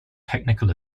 technical